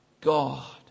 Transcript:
God